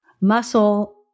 muscle